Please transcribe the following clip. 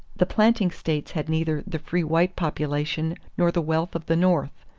the planting states had neither the free white population nor the wealth of the north.